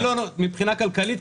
מבחינה כלכלית,